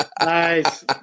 Nice